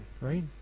right